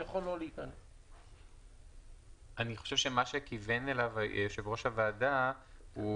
אתה יכול לא --- אני חושב שמה שכיוון אליו יושב-ראש הוועדה הוא